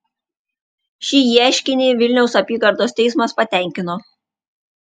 šį ieškinį vilniaus apygardos teismas patenkino